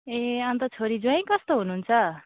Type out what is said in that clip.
ए अन्त छोरी जुवाई कस्तो हुनुहुन्छ